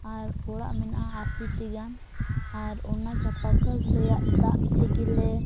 ᱟᱨ ᱚᱲᱟᱜ ᱢᱮᱱᱟᱜᱼᱟ ᱟᱹᱥᱤᱴᱤ ᱜᱟᱱ ᱟᱨ ᱚᱱᱟ ᱪᱟᱸᱯᱟ ᱠᱚᱞ ᱨᱮᱭᱟᱜ ᱫᱟᱜ ᱛᱮᱜᱮ ᱞᱮ